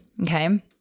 okay